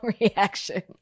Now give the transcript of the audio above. reaction